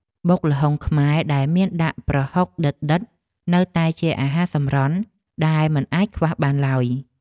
បុកល្ហុងខ្មែរដែលមានដាក់ប្រហុកដិតៗនៅតែជាអាហារសម្រន់ដែលមិនអាចខ្វះបានឡើយ។